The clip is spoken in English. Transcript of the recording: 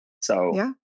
So-